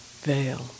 veil